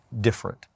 different